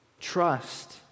Trust